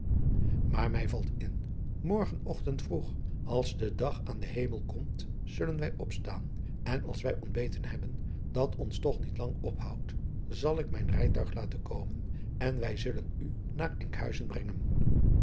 maar mij valt in morgen ochtend vroeg als de dag aan den hemel komt zullen wij opstaan en als wij ontbeten hebben dat ons toch niet lang ophoudt zal ik mijn rijtuig laten komen en wij zullen u naar enkhuizen brengen